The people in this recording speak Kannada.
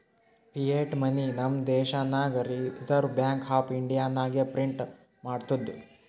ಫಿಯಟ್ ಮನಿ ನಮ್ ದೇಶನಾಗ್ ರಿಸರ್ವ್ ಬ್ಯಾಂಕ್ ಆಫ್ ಇಂಡಿಯಾನೆ ಪ್ರಿಂಟ್ ಮಾಡ್ತುದ್